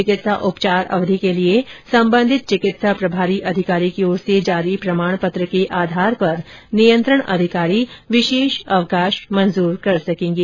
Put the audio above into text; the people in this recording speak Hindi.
चिकित्सा उपचार अवधि के लिए संबंधित चिकित्सा प्रभारी अधिकारी की ओर से जारी प्रमाण पत्र के आधार पर नियंत्रण अधिकारी विशेष अवकाश स्वीकृत कर सकेंगे